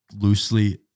loosely